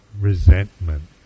resentment